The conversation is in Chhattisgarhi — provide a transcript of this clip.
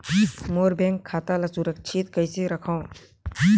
मोर बैंक खाता ला सुरक्षित कइसे रखव?